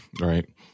Right